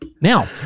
Now